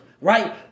right